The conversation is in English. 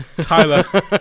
Tyler